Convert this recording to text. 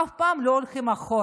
אף פעם לא הולכים אחורה.